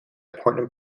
important